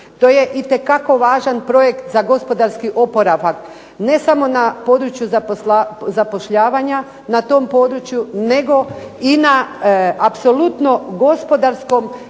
To je itekako važan projekt za gospodarski oporavak ne samo na području zapošljavanja na tom području, nego i na apsolutno gospodarskom i